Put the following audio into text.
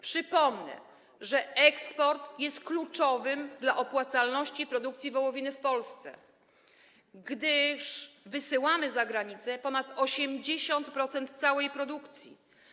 Przypomnę, że eksport jest kluczowy dla opłacalności produkcji wołowiny w Polsce, gdyż wysyłamy za granicę ponad 80% całej produkcji.